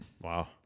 Wow